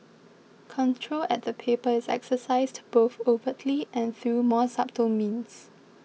control at the paper is exercised both overtly and through more subtle means